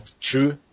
true